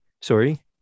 Sorry